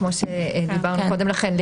כמו שדיברנו קודם לכן,